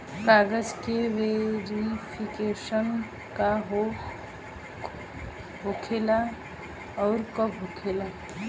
कागज के वेरिफिकेशन का हो खेला आउर कब होखेला?